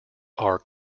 are